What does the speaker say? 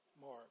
Mark